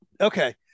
Okay